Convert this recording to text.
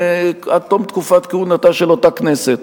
ועד תום תקופת כהונתה של אותה כנסת,